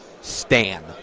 stan